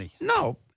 no